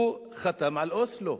הוא חתם על אוסלו.